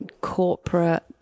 corporate